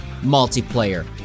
multiplayer